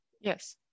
Yes